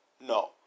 No